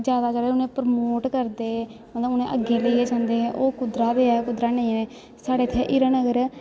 जादा उनें प्रमोट करदे मतलव उनैं अग्गैं लेईयै जंदे ओह् कुद्दरा दे ऐ कुध्दरा दे नेंई साढ़ै इत्थैं हीरानगर